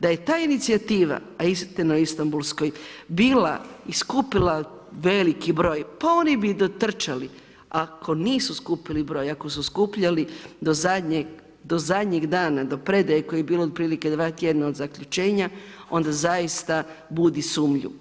Da je ta inicijativa a Istina o Istanbulskoj bila i skupila veliki broj pa oni bi dotrčali, ako nisu skupili broj, ako su skupljali do zadnjeg dana, do predaje koja je bila otprilike 2 tj. od zaključenja, onda zaista budi sumnju.